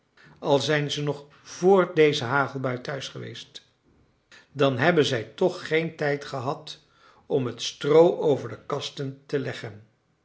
al zijn ze nog vr deze hagelbui thuis geweest dan hebben zij toch geen tijd gehad om het stroo over de kasten te leggen